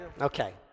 Okay